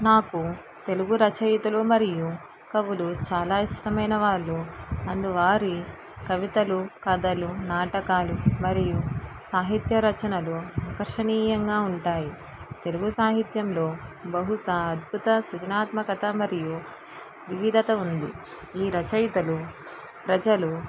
నాకు తెలుగు రచయితలు మరియు కవులు చాలా ఇష్టమైన వాళ్ళు అందు వారి కవితలు కథలు నాటకాలు మరియు సాహిత్యరచనలు ఆకర్షణీయంగా ఉంటాయి తెలుగు సాహిత్యంలో బహుశా అద్బుత సృజనాత్మకత మరియు వివధత ఉంది ఈ రచయితలు ప్రజలు